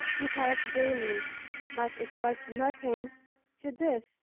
he thought, gayly but it was nothing to this!